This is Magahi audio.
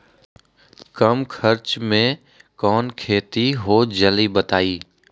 कम खर्च म कौन खेती हो जलई बताई?